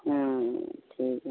हम्म ठीक हइ